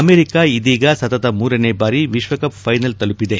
America ಇದೀಗ ಸತತ ಮೂರನೇ ಬಾರಿ ವಿಶ್ವಕಪ್ ಫೈನಲ್ ತಲುಪಿದೆ